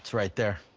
right there.